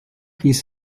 hieß